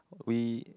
we